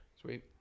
sweet